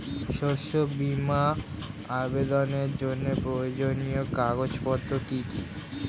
শস্য বীমা আবেদনের জন্য প্রয়োজনীয় কাগজপত্র কি কি?